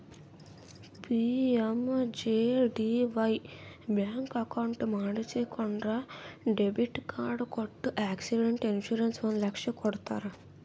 PMJDY bank account ಮಾಡಿಸಿಕೊಂಡ್ರ debit card ಕೊಟ್ಟು accident insurance ಒಂದ್ ಲಕ್ಷ ಕೊಡ್ತಾರ್